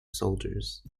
soldiers